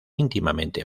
íntimamente